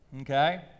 Okay